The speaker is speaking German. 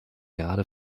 gerade